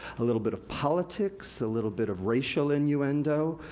a little bit of politics, a little bit of racial innuendo.